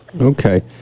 Okay